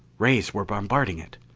rays were bombarding it!